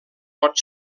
pot